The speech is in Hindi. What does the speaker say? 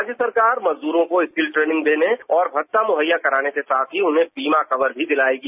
राज्य सरकार मजदूरों को स्किल ट्रेनिंग देने और भत्ता महैया कराने के साथ ही उन्हें बीमा कवर भी दिलाएगी